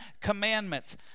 Commandments